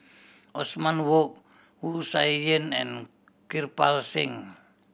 Othman Wok Wu Tsai Yen and Kirpal Singh